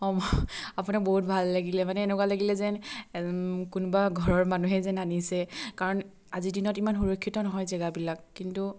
অ' আপোনাৰ বহুত ভাল লাগিলে মানে এনেকুৱা লাগিলে যেন কোনোবা ঘৰৰ মানুহে যেন আনিছে কাৰণ আজিৰ দিনত ইমান সুৰক্ষিত নহয় জেগাবিলাক কিন্তু